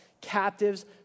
captives